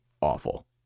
awful